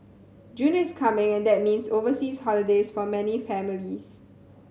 June is coming and that means overseas holidays for many families